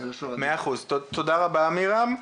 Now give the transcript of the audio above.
תודה רבה עמירם.